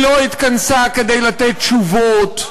היא לא התכנסה כדי לתת תשובות,